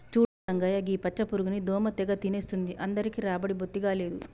చూడు రంగయ్య గీ పచ్చ పురుగుని దోమ తెగ తినేస్తుంది అందరికీ రాబడి బొత్తిగా లేదు